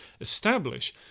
establish